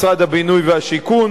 משרד הבינוי והשיכון,